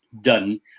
done